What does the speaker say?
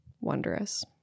wondrous